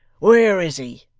where is he?